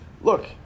Look